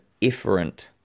efferent